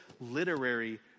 literary